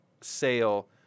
sale